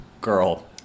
girl